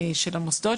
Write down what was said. של המוסדות,